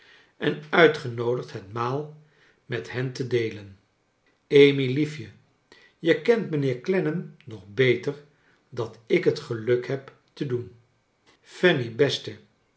en uitgenoodigd het maal met hen te deelen amy liefje je kent mijnheer clennam nog beter dat ik het geluk heb te doen fanny beste